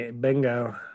Bingo